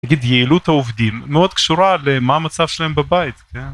נגיד, יעילות העובדים, מאוד קשורה למה המצב שלהם בבית, כן?